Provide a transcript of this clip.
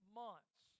months